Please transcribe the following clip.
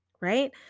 right